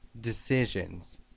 decisions